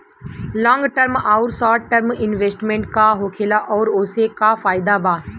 Long term आउर short term investment का होखेला और ओसे का फायदा बा?